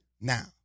Now